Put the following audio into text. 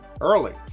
early